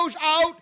out